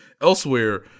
elsewhere